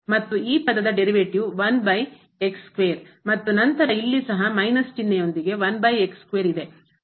ಮತ್ತು ಈ ಪದದ derivative ಮತ್ತು ನಂತರ ಇಲ್ಲಿ ಸಹ ಮೈನಸ್ ಚಿಹ್ನೆ ಯೊಂದಿಗೆ ಇದೆ